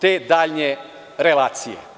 te daljnje relacije.